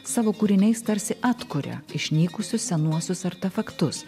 savo kūriniais tarsi atkuria išnykusius senuosius artefaktus